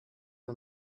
nur